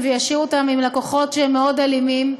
וישאיר אותן עם לקוחות שהם מאוד אלימים.